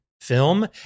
film